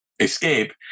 escape